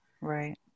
Right